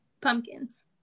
Pumpkins